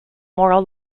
moral